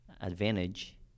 advantage